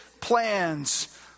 plans